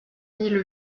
mille